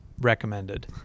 recommended